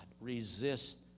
Resist